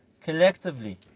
collectively